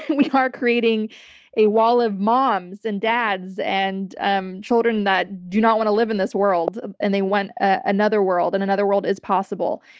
we are creating a wall of moms and dads and um children that do not want to live in this world, and they want another world and another world is possible.